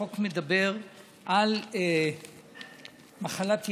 החוק מדבר על מחלת ילד.